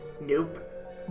Nope